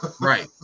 Right